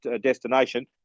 destination